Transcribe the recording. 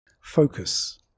focus